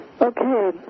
Okay